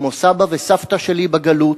כמו סבא וסבתא שלי בגלות,